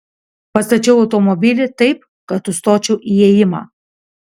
pastačiau automobilį taip kad užstočiau įėjimą